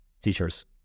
teachers